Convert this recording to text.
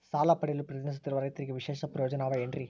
ಸಾಲ ಪಡೆಯಲು ಪ್ರಯತ್ನಿಸುತ್ತಿರುವ ರೈತರಿಗೆ ವಿಶೇಷ ಪ್ರಯೋಜನ ಅವ ಏನ್ರಿ?